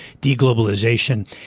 deglobalization